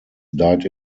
died